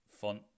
font